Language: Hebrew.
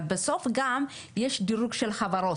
אבל בסוף יש דירוג של חברות.